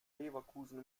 leverkusen